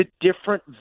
different